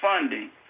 funding